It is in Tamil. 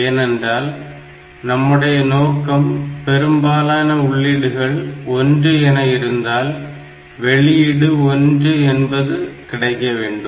ஏனென்றால் நம்முடைய நோக்கம் பெரும்பாலான உள்ளீடுகள் 1 என இருந்தால் வெளியீடு 1 என்பது கிடைக்க வேண்டும்